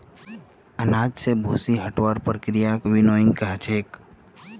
अनाज स भूसी हटव्वार प्रक्रियाक विनोइंग कह छेक